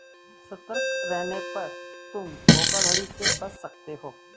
सतर्क रहने पर तुम धोखाधड़ी से बच सकते हो